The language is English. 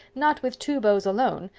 not with two bows alone,